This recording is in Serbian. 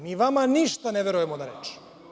Mi vama ništa ne verujemo na reč.